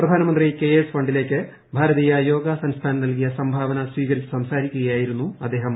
പ്രധാനമന്ത്രി കെയേഴ്സ് ഫണ്ടിലേക്ക് പ്ടാര്തീയ യോഗ സൻസ്ഥാൻ നൽകിയ സംഭാവന സ്വീകരിച്ച് സ്ക്സാരിക്കുകയായിരുന്നു അദ്ദേഹം